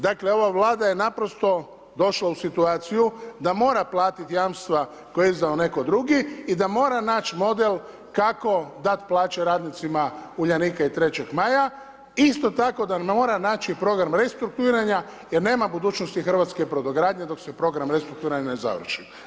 Dakle, ova Vlada je naprosto došla u situaciju da mora platiti jamstva koja je izdao netko drugi i da mora naći model kako dat plaće radnicima Uljanika i 3. maja, isto tako da mora naći program restrukturiranja jer nema budućnosti hrvatske brodogradnje dok se program restrukturiranja ne završi.